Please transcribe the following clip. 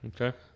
Okay